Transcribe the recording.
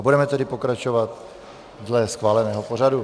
Budeme tedy pokračovat dle schváleného pořadu.